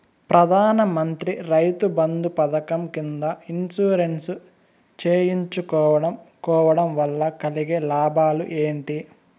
ప్రధాన మంత్రి రైతు బంధు పథకం కింద ఇన్సూరెన్సు చేయించుకోవడం కోవడం వల్ల కలిగే లాభాలు ఏంటి?